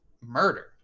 murder